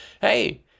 hey